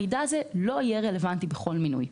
המידע הזה לא יהיה רלוונטי בכל מינוי,